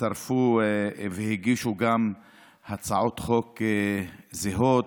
הצטרפו והגישו גם הצעות חוק זהות,